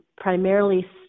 primarily